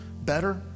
better